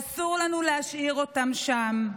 אסור לנו להשאיר אותם שם.